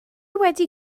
wedi